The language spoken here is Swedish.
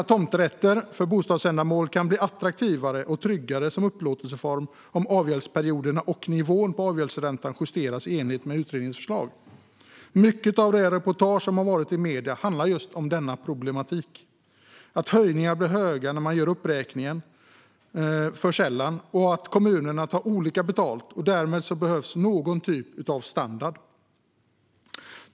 Tomträtter för bostadsändamål kan bli attraktivare och tryggare som upplåtelseform om avgäldsperioderna och nivån på avgäldsräntan justeras i enlighet med utredningens förslag. Många av de reportage som förekommit i medierna handlar om just denna problematik. Höjningarna blir höga när man gör uppräkningen för sällan, och kommunerna tar olika betalt. Därför behövs någon typ av standard.